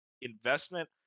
investment